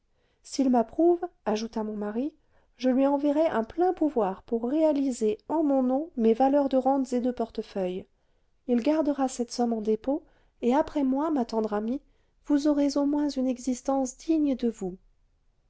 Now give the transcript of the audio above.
s'il m'approuve ajouta mon mari je lui enverrai un plein pouvoir pour réaliser en mon nom mes valeurs de rentes et de portefeuille il gardera cette somme en dépôt et après moi ma tendre amie vous aurez au moins une existence digne de vous